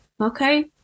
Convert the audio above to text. Okay